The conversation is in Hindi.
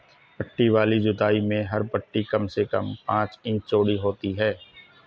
पट्टी वाली जुताई में हर पट्टी कम से कम पांच इंच चौड़ी होती है